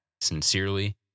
sincerely